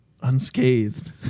unscathed